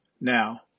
Now